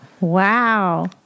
Wow